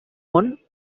món